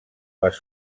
les